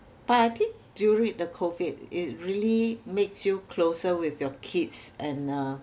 but I think during the COVID it really makes you closer with your kids and uh